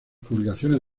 publicaciones